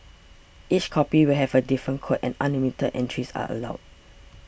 each copy will have a different code and unlimited entries are allowed